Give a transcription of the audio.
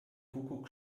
kuckuck